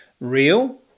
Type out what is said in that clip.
real